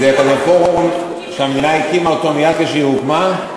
זה פורום כזה שהמדינה הקימה אותו מייד כשהיא הוקמה.